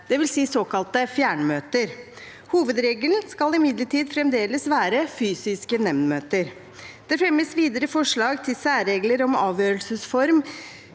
dvs. såkalte fjernmøter. Hovedregelen skal imidlertid fremdeles være fysiske nemndmøter. Det fremmes videre forslag til særregler om avgjørelsesform